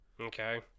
Okay